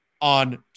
on